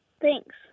thanks